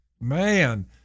man